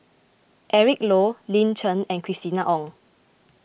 Eric Low Lin Chen and Christina Ong